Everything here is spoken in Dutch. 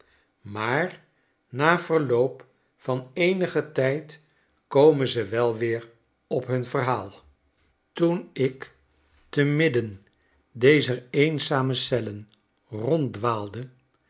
maar na verloop van eenigen tijd komen ze wel weer op hun verhaal schetsen uit amerika toen ik te midden dezer eenzame cellen ronddwaalde